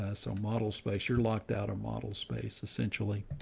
ah so model space you're locked out or model space essentially.